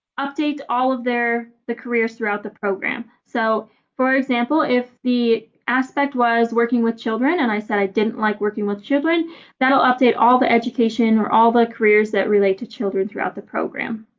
update all of their the careers throughout the program. so for example if the aspect was working with children and i said i didn't like working with children that will update all the education or all the careers that relate to children throughout the program.